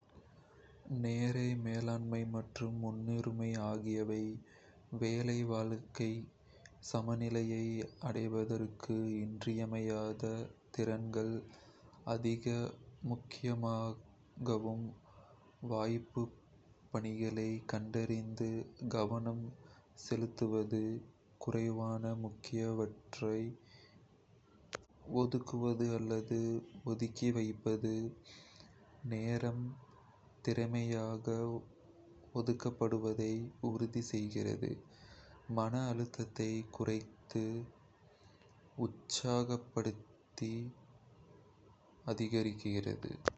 செலுத்துவது, குறைவான நேர மேலாண்மை மற்றும் முன்னுரிமை ஆகியவை வேலை-வாழ்க்கை சமநிலையை அடைவதற்கு இன்றியமையாத திறன்கள். அதிக முக்கியத்துவம் வாய்ந்த பணிகளைக் கண்டறிந்து கவனம் முக்கியமானவற்றை ஒதுக்குவது அல்லது ஒத்திவைப்பது, நேரம் திறமையாக ஒதுக்கப்படுவதை உறுதிசெய்கிறது, மன அழுத்தத்தைக் குறைத்து உற்பத்தித்திறனை அதிகரிக்கிறது.